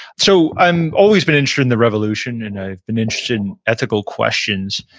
so i'm always been interested in the revolution, and i've been interested in ethical questions.